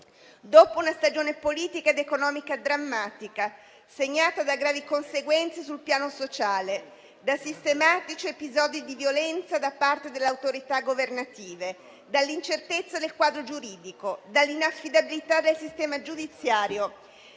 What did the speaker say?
Dopo una stagione politica ed economica drammatica - segnata da gravi conseguenze sul piano sociale, da sistematici episodi di violenza da parte delle autorità governative, dall'incertezza del quadro giuridico, dall'inaffidabilità del sistema giudiziario,